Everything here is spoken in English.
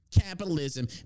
Capitalism